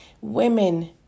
women